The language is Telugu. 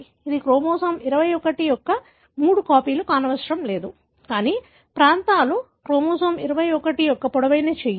ఇది క్రోమోజోమ్ 21 యొక్క మూడు కాపీలు కానవసరం లేదు కానీ ప్రాంతాలు క్రోమోజోమ్ 21 యొక్క పొడవైన చేయి